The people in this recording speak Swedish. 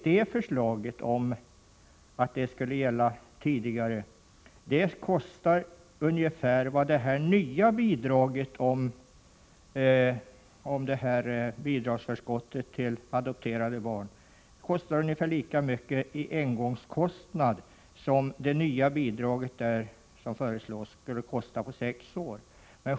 Det förslaget skulle kosta ungefär lika mycket i engångskostnad som det nya bidragsförskottet till adoptivbarn skulle kosta på sex år.